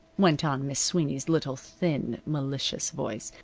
went on miss sweeney's little thin, malicious voice,